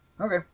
Okay